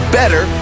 better